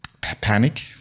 panic